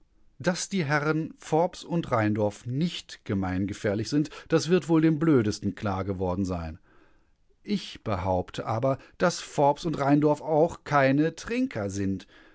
daß die herren forbes und rheindorf nicht gemeingefährlich sind das wird wohl dem blödesten klar geworden sein ich behaupte aber daß forbes und rheindorf auch keine trinker sind